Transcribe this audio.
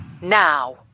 now